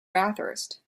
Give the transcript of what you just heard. bathurst